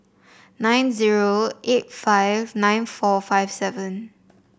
nine zero eight five nine four five seven